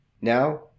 Now